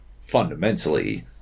fundamentally